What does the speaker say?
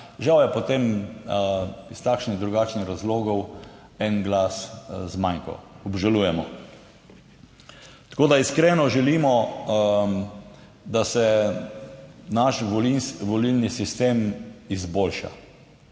Žal je, potem iz takšnih in drugačnih razlogov en glas zmanjkal. Obžalujemo. Tako da iskreno želimo, da se naš volilni sistem izboljša.